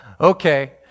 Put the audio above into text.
okay